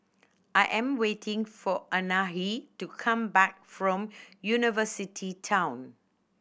I am waiting for Anahi to come back from University Town